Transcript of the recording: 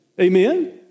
Amen